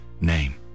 name